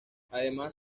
además